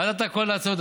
עד עתה כל ההצעות,